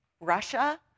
Russia